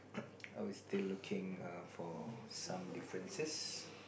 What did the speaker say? oh and still looking for some differences